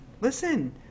listen